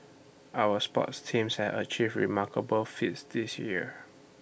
our sports teams have achieved remarkable feats this year